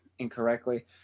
incorrectly